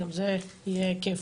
גם זה יהיה כיף,